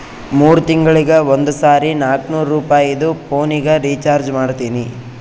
ಮೂರ್ ತಿಂಗಳಿಗ ಒಂದ್ ಸರಿ ನಾಕ್ನೂರ್ ರುಪಾಯಿದು ಪೋನಿಗ ರೀಚಾರ್ಜ್ ಮಾಡ್ತೀನಿ